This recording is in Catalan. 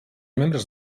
membres